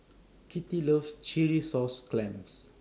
Kittie loves Chilli Sauce Clams